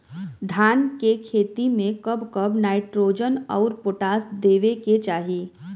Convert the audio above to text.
धान के खेती मे कब कब नाइट्रोजन अउर पोटाश देवे के चाही?